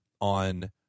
on